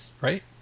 right